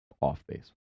off-base